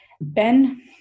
Ben